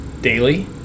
daily